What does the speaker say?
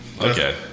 Okay